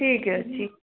ଠିକ୍ ଅଛି